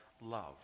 love